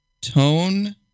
tone